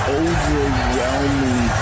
overwhelming